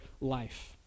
life